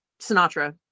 sinatra